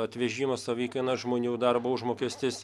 atvežimo savikaina žmonių darbo užmokestis